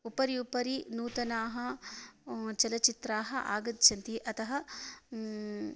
उपरि उपरि नूतनानि चलचित्राणि आगच्छन्ति अतः